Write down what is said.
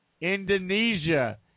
Indonesia